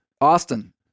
Austin